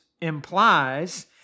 implies